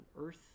earth